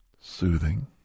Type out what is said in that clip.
soothing